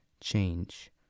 change